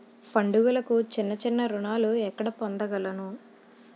పండుగలకు చిన్న చిన్న రుణాలు ఎక్కడ పొందగలను?